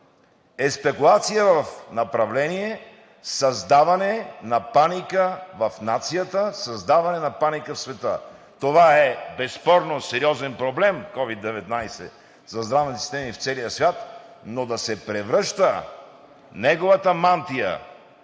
е спекулация в направление създаване на паника в нацията, създаване на паника в света! Това, безспорно, е сериозен проблем – COVID-19, за здравните системи в целия свят, но да се превръща неговата мантия